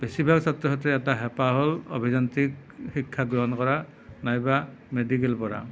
বেছিভাগ ছাত্ৰ ছাত্ৰীৰ এটা হেঁপাহ হ'ল অভিযান্ত্ৰিক শিক্ষা গ্ৰহণ কৰা নাইবা মেডিকেল পঢ়া